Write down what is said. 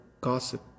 gossip